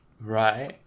right